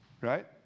right